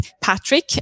Patrick